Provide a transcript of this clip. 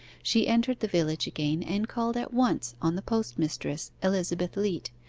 she entered the village again, and called at once on the postmistress, elizabeth leat,